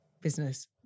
business